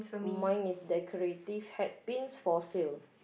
mine is decorative hat pins for sale